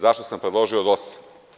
Zašto sam predložio od 8 sati?